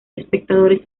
espectadores